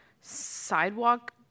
sidewalk